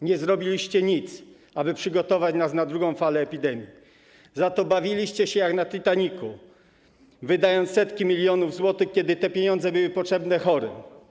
Nie zrobiliście nic, aby przygotować nas na drugą falę epidemii, za to bawiliście się jak na Titanicu, wydając setki milionów złotych, kiedy te pieniądze były potrzebne chorym.